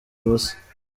ubusa